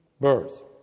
birth